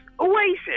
Oasis